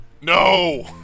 No